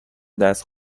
دست